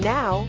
Now